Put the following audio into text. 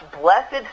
blessed